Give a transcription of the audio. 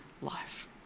life